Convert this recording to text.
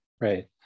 Right